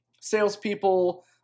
salespeople